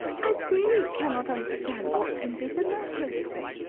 i really cannot understand what can be the matter with her.